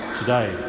today